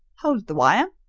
howld the wire,